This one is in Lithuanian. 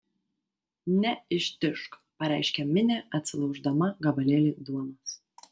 neištižk pareiškė minė atsilauždama gabalėlį duonos